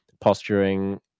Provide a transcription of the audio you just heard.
posturing